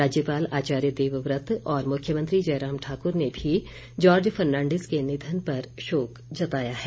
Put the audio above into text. राज्यपाल आचार्य देवव्रत और मुख्यमंत्री जयराम ठाकुर ने भी जॉर्ज फर्नांडिस के निधन पर शोक जताया है